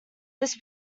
this